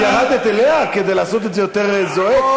את ירדת אליה כדי לעשות את זה יותר זועק?